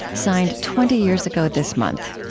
signed twenty years ago this month.